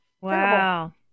Wow